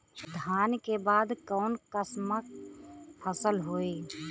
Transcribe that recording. धान के बाद कऊन कसमक फसल होई?